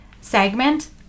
segment